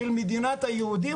של מדינת היהודים,